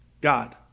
God